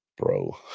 bro